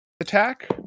attack